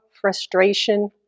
frustration